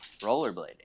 rollerblading